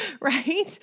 right